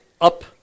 up